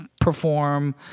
perform